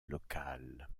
locales